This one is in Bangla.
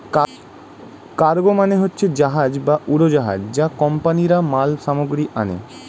কার্গো মানে হচ্ছে জাহাজ বা উড়োজাহাজ যা কোম্পানিরা মাল সামগ্রী আনে